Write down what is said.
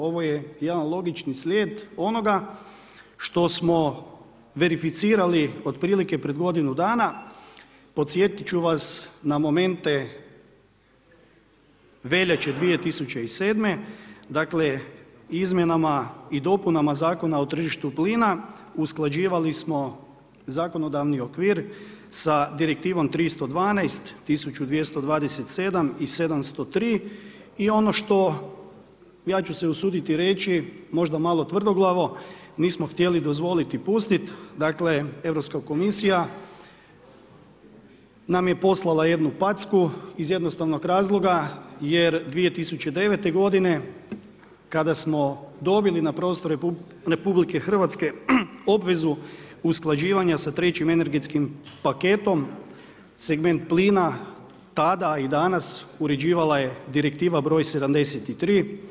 Ovo je jedan logični slijed onoga što smo verificirali otprilike pred godinu dana, podsjetit ću vas na momente veljače 2007., dakle izmjenama i dopunama Zakona o tržištu plina, usklađivali smo zakonodavni okvir s Direktivom 312, 1227 i 703 i ono što ja ću se usuditi reći, možda malo tvrdoglavo, nismo htjeli dozvoliti i pustiti, dakle Europska komisija nam je poslala jednu packu iz jednostavnog razloga jer 2009. godine kada smo dobili na prostoru RH obvezu usklađivanjem sa trećim energetskim paketom, segment plina tada i danas uređivala je Direktiva br. 73.